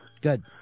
Good